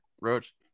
Roach